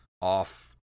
off